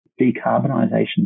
decarbonisation